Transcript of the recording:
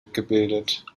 gebildet